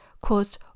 caused